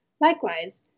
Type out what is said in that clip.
Likewise